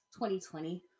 2020